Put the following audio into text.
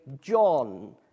John